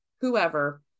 whoever